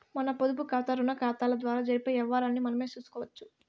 మన పొదుపుకాతా, రుణాకతాల ద్వారా జరిపే యవ్వారాల్ని మనమే సూసుకోవచ్చు